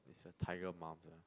is the tiger mums eh